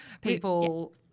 people